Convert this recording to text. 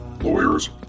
lawyers